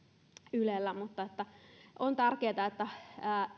ylellä on tärkeätä että